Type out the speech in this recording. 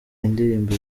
indirimbo